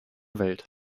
welt